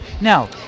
Now